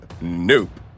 Nope